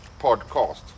podcast